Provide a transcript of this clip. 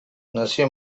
nazio